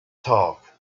talk